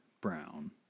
brown